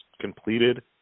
completed